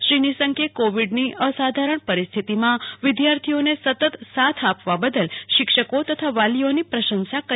શ્રી નિશંકે કોવિડની અસાધારણ પરિસ્થિતીમાં વિદ્યાર્થીઓને સતત સાથ આપવા બદલ શિક્ષકો તથા વાલીઓની પ્રશંસા કરી